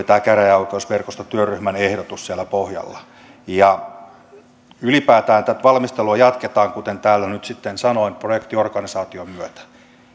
tämä käräjäoikeusverkostotyöryhmän ehdotus oli siellä pohjalla ylipäätään tätä valmistelua jatketaan kuten täällä nyt sitten sanoin projektiorganisaation myötä